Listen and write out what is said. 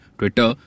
twitter